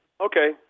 Okay